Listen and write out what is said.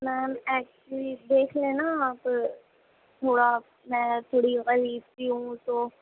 میم actually دیکھ لیں نا آپ تھوڑا میں تھوڑی غریب سی ہوں تو